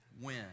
Win